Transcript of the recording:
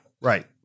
right